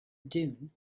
dune